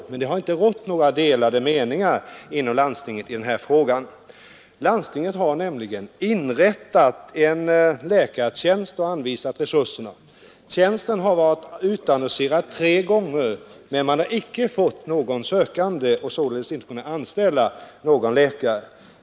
Men det har inte rått några delade meningar inom landstinget i den här frågan. Landstinget har nämligen inrättat en läkartjänst för företagshälsovården och anvisat resurserna. Tjänsten har varit utannonserad tre gånger, men man har icke fått någon sökande och således icke kunnat anställa någon läkare.